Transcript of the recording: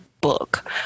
book